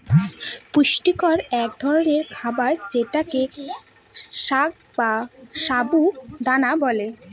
পুষ্টিকর এক ধরনের খাবার যেটাকে সাগ বা সাবু দানা বলে